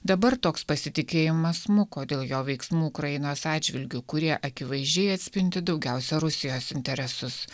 dabar toks pasitikėjimas smuko dėl jo veiksmų ukrainos atžvilgiu kurie akivaizdžiai atspindi daugiausia rusijos interesus